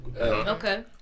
Okay